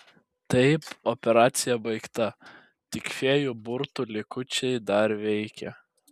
taip operacija baigta tik fėjų burtų likučiai dar veikia